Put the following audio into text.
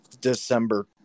December